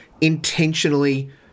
intentionally